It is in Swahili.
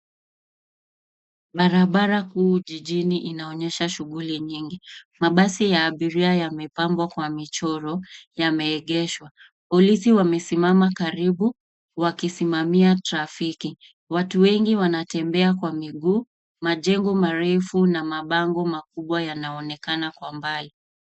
Barabara kuu jijini inaonyesha shughuli nyingi mabasi ya abiria yamepambwa kwa michoro yameegeshwa. Polisi wamesimama karibu wakisimamia trafiki. Watu wengi wanatembea kwa miguu. Majengo marefu na mabango makubwa yanaonekana kwa mbali.